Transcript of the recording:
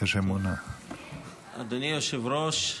אדוני היושב-ראש,